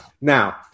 Now